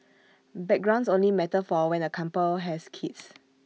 backgrounds only matter for when A couple has kids